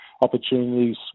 opportunities